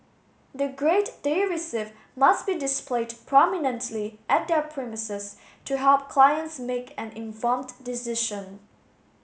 the grade they receive must be displayed prominently at their premises to help clients make an informed decision